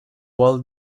wall